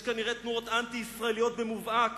יש כנראה תנועות אנטי-ישראליות במובהק